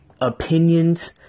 opinions